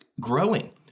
growing